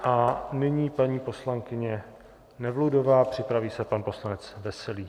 A nyní paní poslankyně Nevludová, připraví se pan poslanec Veselý.